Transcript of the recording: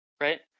Right